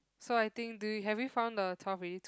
so I think do you have you found the twelve already two